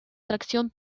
tracción